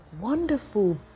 wonderful